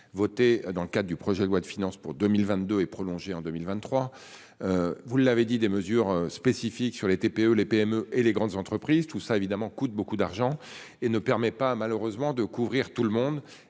voter dans le cadre du projet de loi de finances pour 2022 et prolongé en 2023. Vous l'avez dit, des mesures spécifiques sur les TPE, les PME et les grandes entreprises, tout ça évidemment coûte beaucoup d'argent et ne permet pas malheureusement de couvrir tout le monde